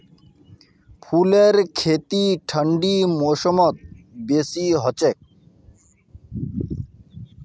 फूलेर खेती ठंडी मौसमत बेसी हछेक